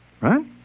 Right